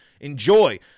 Enjoy